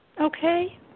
Okay